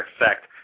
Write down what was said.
effect